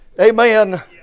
Amen